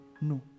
no